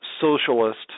socialist